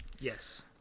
Yes